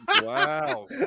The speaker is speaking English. Wow